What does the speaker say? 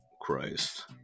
Christ